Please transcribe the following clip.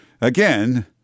again